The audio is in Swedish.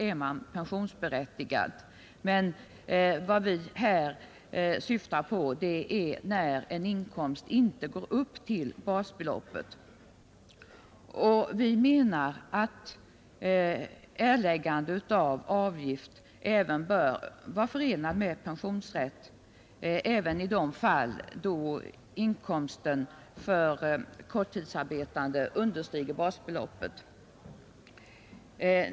Vad vi emellertid här syftar på är sådana inkomster som inte går upp till basbeloppet. Vi menar att erläggande av avgift bör vara förenad med pensionsrätt även i de fall då inkomsten för korttidsarbetande understiger basbeloppet.